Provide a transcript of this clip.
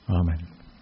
Amen